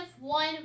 one